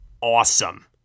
awesome